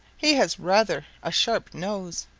he has rather a sharp nose.